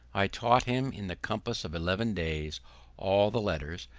i taught him in the compass of eleven days all the letters,